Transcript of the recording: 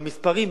במספרים,